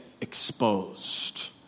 exposed